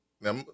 Now